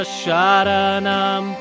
sharanam